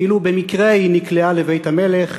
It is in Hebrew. כאילו במקרה היא נקלעה לבית המלך,